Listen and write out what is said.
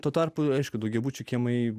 tuo tarpu aišku daugiabučių kiemai